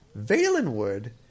Valenwood